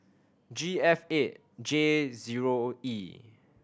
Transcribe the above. G F eight J zero E